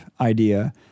idea